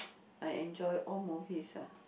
I enjoy all movies ah